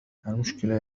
المشكلة